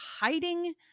hiding